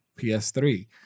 PS3